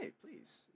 please